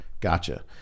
Gotcha